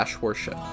worship